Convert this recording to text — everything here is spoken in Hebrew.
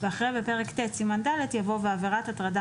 ואחרי "בפרק ט' סימן ד'" יבוא "ועבירת הטרדה